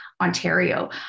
Ontario